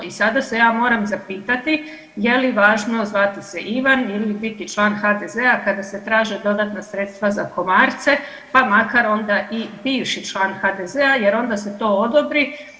I sada se ja moram zapitati je li važno zvati se Ivan ili biti član HDZ-a kada se traže dodatna sredstva za komarce pa makar onda i bivši član HDZ-a jer onda se to odobri?